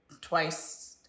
twice